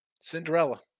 Cinderella